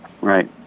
right